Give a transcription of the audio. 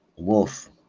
Wolf